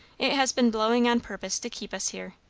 it has been blowing on purpose to keep us here.